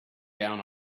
down